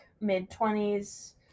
mid-twenties